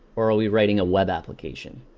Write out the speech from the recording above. or are we writing a web application?